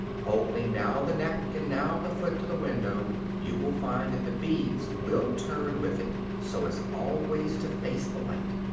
holding now the neck and now the foot to the window, you will find that the bees will turn with it, so as always to face the light.